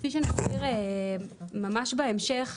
כפי שנסביר ממש בהמשך,